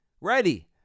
Ready